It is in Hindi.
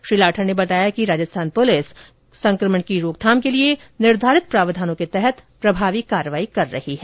श्री लाठर ने बताया कि राजस्थान पुलिस कोरोना संक्रमण की रोकथाम के लिए निर्धारित प्रावधानों के तहत प्रभावी कार्रवाई कर रही है